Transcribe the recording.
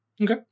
Okay